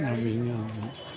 दा बिनो आंना